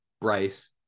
Bryce